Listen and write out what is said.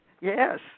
Yes